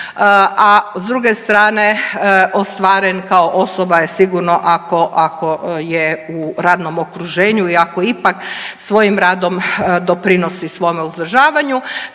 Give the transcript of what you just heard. a s druge strane ostvaren kao osoba je sigurno ako je u radnom okruženju i ako ipak svojim radom doprinosi svome uzdržavanju.